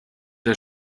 der